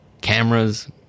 cameras